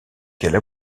qu’elle